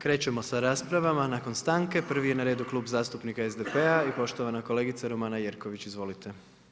Krećemo sa raspravama nakon stanke, prvi je na redu Klub zastupnika SDP-a i poštovana kolegica Romana Jerković, izvolite.